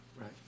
Right